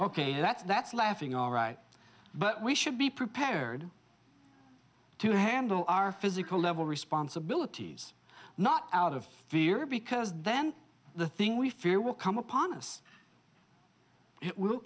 ok that's that's laughing all right but we should be prepared to handle our physical level responsibilities not out of fear because then the thing we fear will come upon us it will